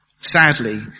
sadly